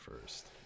first